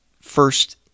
First